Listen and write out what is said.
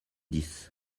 dix